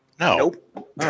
Nope